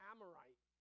Amorite